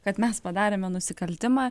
kad mes padarėme nusikaltimą